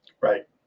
Right